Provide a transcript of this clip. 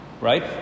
right